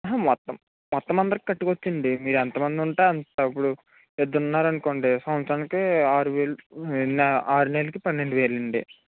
అహ మొత్తం మొత్తం అందరికీ కట్టుకోవచ్చండి మీరు ఎంతమంది ఉంటే అలాంటప్పుడు ఇద్దరు ఉన్నారు అనుకోండి సంవత్సరానికి ఆరువేలుఆరు నెలలకి పన్నెండు వేలండి